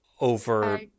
over